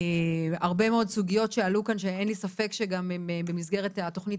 הרבה מאוד סוגיות שעלו כאן שאין לי ספק שגם במסגרת תכנית